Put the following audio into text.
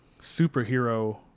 superhero